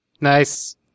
Nice